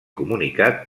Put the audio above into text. comunicat